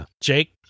Jake